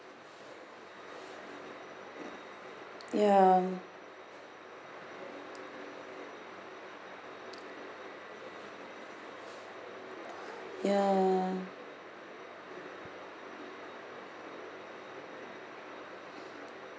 ya ya